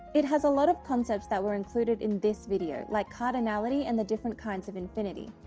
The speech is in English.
it has a lot of concepts that were included in this video like cardinality and the different kinds of infinity,